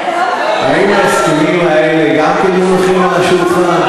האם ההסכמים האלה גם כן מונחים על השולחן?